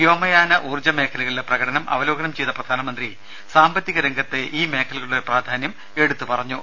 വ്യോമയാന ഊർജ്ജ മേഖലകളിലെ പ്രകടനം അവലോകനം ചെയ്ത പ്രധാനമന്ത്രി സാമ്പത്തിക രംഗത്ത് ഈ മേഖലകളുടെ പ്രാധാന്യം എടുത്ത് പറഞ്ഞു